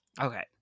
Okay